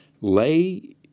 lay